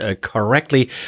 correctly